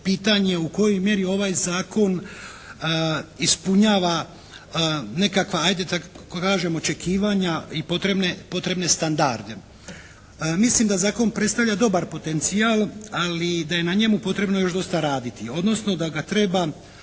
pitanje u kojoj mjeri ovaj zakon ispunjava nekakva ajde da tako kažem očekivanja i potrebne, potrebne standarde. Mislim da zakon predstavlja dobar potencijal, ali da je na njemu potrebno još dosta raditi. Odnosno da ga treba